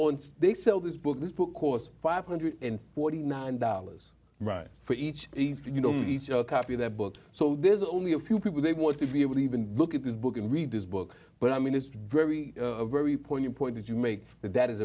and they sell this book this book course five hundred and forty nine dollars for each you know each copy of the book so there's only a few people they want to be able to even look at this book and read this book but i mean it's very very poignant point that you make that that is